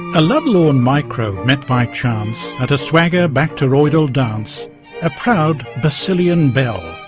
a lovelorn microbe met by chance at a swagger bacteroidal dance a proud bacillian belle,